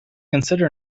consider